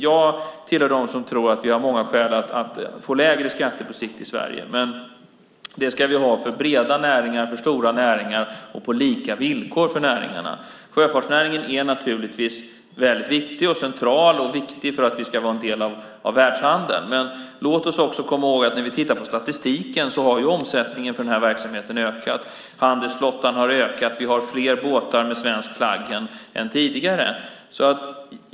Jag tillhör dem som tror att vi har många skäl att få lägre skatter på sikt i Sverige, men det ska vi ha för breda näringar, för stora näringar och på lika villkor för näringarna. Sjöfartsnäringen är naturligtvis väldigt viktig och central. Den är viktig för att vi ska vara en del av världshandeln. Men låt oss också komma ihåg att när vi tittar på statistiken kan vi se att omsättningen för den här verksamheten har ökat. Handelsflottan har ökat. Vi har fler båtar med svensk flagg än tidigare.